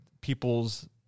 people's